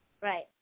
Right